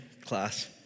Class